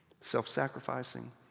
Self-sacrificing